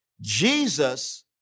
Jesus